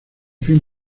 fin